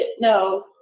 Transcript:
No